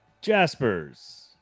Jaspers